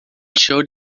showed